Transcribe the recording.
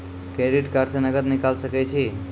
Credit card से नगद निकाल सके छी?